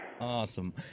Awesome